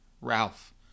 Ralph